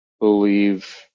believe